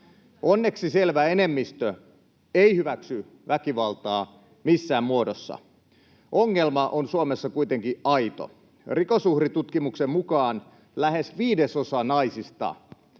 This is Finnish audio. Onneksi selvä enemmistö ei hyväksy väkivaltaa missään muodossa. Ongelma on Suomessa kuitenkin aito. Rikosuhritutkimuksen mukaan lähes viidesosa naisista